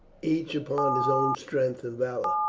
each upon his own strength and valour.